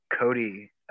Cody